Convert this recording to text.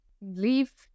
leave